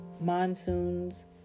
monsoons